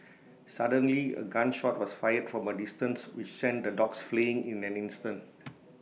suddenly A gun shot was fired from A distance which sent the dogs fleeing in an instant